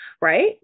right